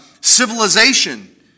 civilization